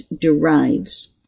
derives